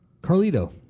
Carlito